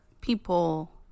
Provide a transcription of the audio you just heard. people